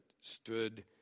stood